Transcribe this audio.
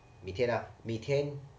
methane ah methane